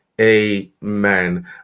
amen